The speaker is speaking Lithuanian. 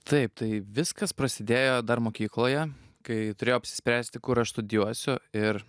taip tai viskas prasidėjo dar mokykloje kai turėjau apsispręsti kur aš studijuosiu ir